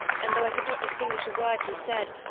and though i could not distinguish a word he said,